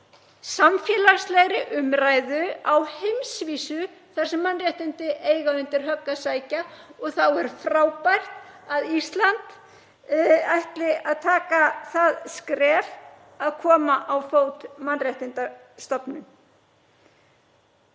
samfélagslegri umræðu á heimsvísu þar sem mannréttindi eiga undir högg að sækja. Þá er frábært að Ísland ætli að taka það skref að koma á fót mannréttindastofnun.